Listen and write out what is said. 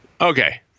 okay